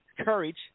Courage